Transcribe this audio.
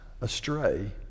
astray